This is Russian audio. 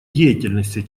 деятельности